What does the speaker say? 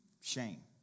Shame